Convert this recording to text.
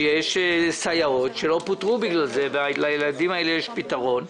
שיש סייעות שלא פוטרו בגלל זה ולילדים האלה יש פתרון.